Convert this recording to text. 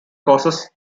causes